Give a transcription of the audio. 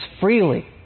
freely